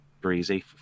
breezy